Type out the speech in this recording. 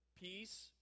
Peace